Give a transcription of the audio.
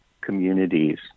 communities